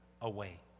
away